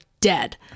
dead